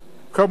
אני מסתכל,